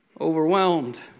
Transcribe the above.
overwhelmed